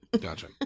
gotcha